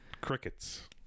crickets